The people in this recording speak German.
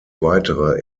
weitere